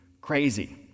crazy